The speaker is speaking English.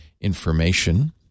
information